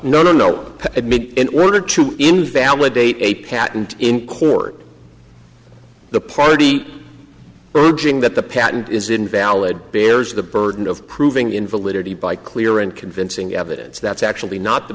well no no in order to invalidate a patent in court the party urging that the patent is invalid bears the burden of proving in validity by clear and convincing evidence that's actually not the